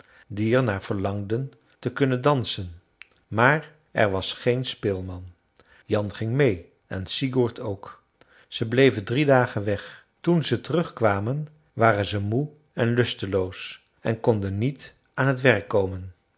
naar verlangden te kunnen dansen maar er was geen speelman jan ging meê en sigurd ook zij bleven drie dagen weg toen ze terugkwamen waren ze moe en lusteloos en konden niet aan het werk komen